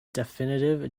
definitive